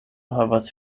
havas